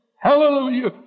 Hallelujah